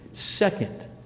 second